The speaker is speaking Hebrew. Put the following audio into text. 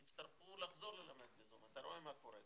יצטרכו לחזור ללמד בזום, אתה רואה מה קורה.